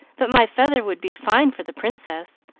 but my feather would be fine for the princess,